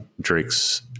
Drake's